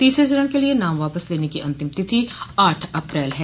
तीसरे चरण के लिये नाम वापस लेने की अंतिम तिथि आठ अप्रैल है